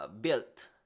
built